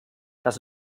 das